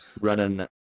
running